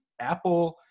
Apple